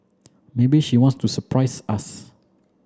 maybe she wants to surprise us